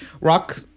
Rock